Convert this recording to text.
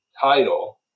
title